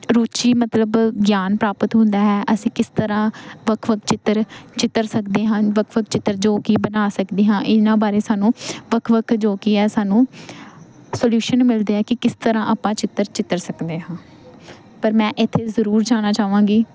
ਰੁਚੀ ਮਤਲਬ ਗਿਆਨ ਪ੍ਰਾਪਤ ਹੁੰਦਾ ਹੈ ਅਸੀਂ ਕਿਸ ਤਰ੍ਹਾਂ ਵੱਖ ਵੱਖ ਚਿੱਤਰ ਚਿੱਤਰ ਸਕਦੇ ਹਨ ਵੱਖ ਵੱਖ ਚਿੱਤਰ ਜੋ ਕਿ ਬਣਾ ਸਕਦੇ ਹਾਂ ਇਹਨਾਂ ਬਾਰੇ ਸਾਨੂੰ ਵੱਖ ਵੱਖ ਜੋ ਕਿ ਹੈ ਸਾਨੂੰ ਸੋਲਿਊਸ਼ਨ ਮਿਲਦੇ ਹੈ ਕਿ ਕਿਸ ਤਰ੍ਹਾਂ ਆਪਾਂ ਚਿੱਤਰ ਚਿੱਤਰ ਸਕਦੇ ਹਾਂ ਪਰ ਮੈਂ ਇੱਥੇ ਜ਼ਰੂਰ ਜਾਨਣਾ ਚਾਹਵਾਂਗੀ